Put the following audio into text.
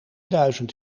duizend